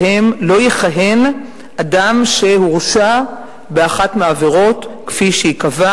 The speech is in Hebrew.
יכהן בהן אדם שהורשע באחת מהעבירות כפי שייקבע.